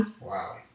Wow